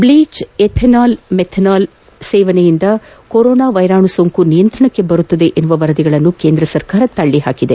ಬ್ಲೀಜ್ methanol ಹಾಗೂ ethanol ಸೇವನೆಯಿಂದ corona ವೈರಾಣು ಸೋಂಕು ನಿಯಂತ್ರಣಕ್ಕೆ ಬರುತ್ತದೆ ಎಂಬ ವರದಿಗಳನ್ನು ಕೇಂದ್ರ ಸರ್ಕಾರ ತಳ್ಳಹಾಕಿದೆ